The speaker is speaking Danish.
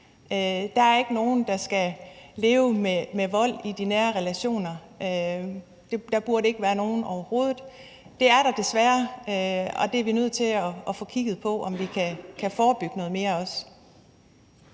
Der er ikke nogen, der skal leve med vold i de nære relationer – der burde ikke være nogen overhovedet. Det er der desværre, og vi er nødt til at få kigget på, om vi også kan forebygge noget mere.